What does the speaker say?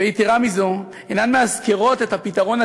ויתרה מזו, אינן מאזכרות את הפתרון הצודק,